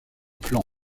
plan